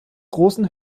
großen